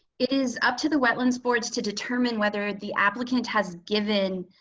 it is up to the wetlands boards to determine whether the applicant has given